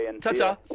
Ta-ta